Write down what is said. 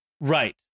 right